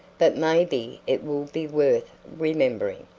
but maybe it will be worth remembering.